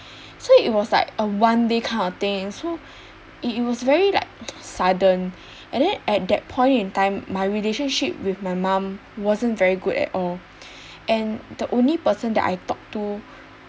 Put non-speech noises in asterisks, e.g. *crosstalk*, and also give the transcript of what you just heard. so it was like a one day kind of thing so it was very like *noise* sudden and then at that point in time my relationship with my mum wasn't very good at all and the only person that I talk to